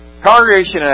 Congregation